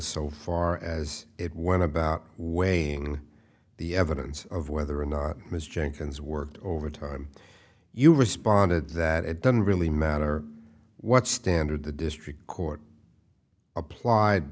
so far as it went about weighing the evidence of whether or not mr jenkins worked overtime you responded that it doesn't really matter what standard the district court applied